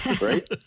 right